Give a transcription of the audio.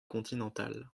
continental